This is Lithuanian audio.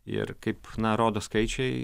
ir kaip rodo skaičiai